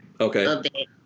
Okay